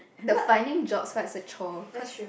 the finding job is like a chore cause